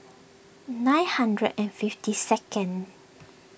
nine hundred and fifty second